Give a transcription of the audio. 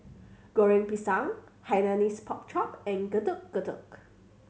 Goreng Pisang Hainanese Pork Chop and Getuk Getuk